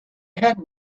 had